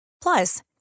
Plus